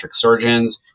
surgeons